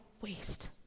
waste